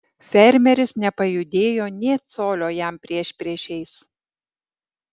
fermeris nepajudėjo nė colio jam priešpriešiais